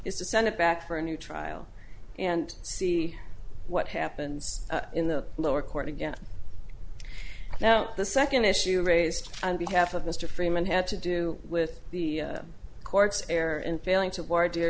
is to send it back for a new trial and see what happens in the lower court again now the second issue raised on behalf of mr freeman had to do with the court's error in failing to worry de